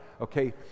Okay